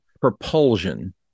propulsion